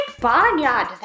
Barnyard